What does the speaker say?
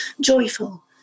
joyful